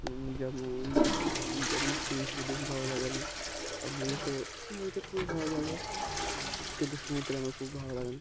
যেমন যেমন সুইমিং পুলে বেশি ভালো লাগে আমার আর নদীতে নদীতে খুবই ভালো লাগে কিন্তু সমুদ্রে আমার খুব ভালো লাগে না